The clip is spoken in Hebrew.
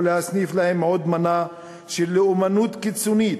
או להסניף להם עוד מנה של לאומנות קיצונית,